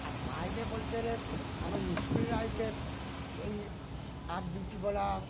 আর বাইরে বলতে গেলে আমার স্কুল লাইফে এই আবৃত্তি বলা